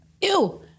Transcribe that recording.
ew